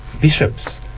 bishops